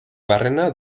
barrena